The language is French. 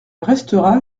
restera